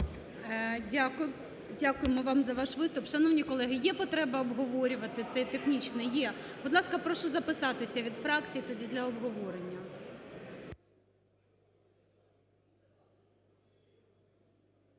Дякуємо вам за ваш виступ. Шановні колеги, є потреба обговорювати цей технічний? Є. Будь ласка, прошу записатися від фракцій для обговорення.